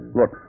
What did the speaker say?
Look